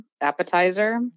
appetizer